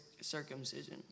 circumcision